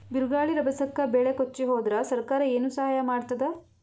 ಬಿರುಗಾಳಿ ರಭಸಕ್ಕೆ ಬೆಳೆ ಕೊಚ್ಚಿಹೋದರ ಸರಕಾರ ಏನು ಸಹಾಯ ಮಾಡತ್ತದ?